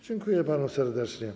Dziękuję panu serdecznie.